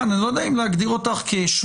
אני לא יודע אם להגדיר אותך כשושבינה,